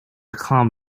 crains